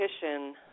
petition